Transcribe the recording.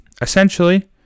essentially